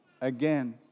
again